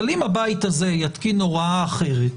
אבל אם הבית הזה יתקין הוראה אחרת,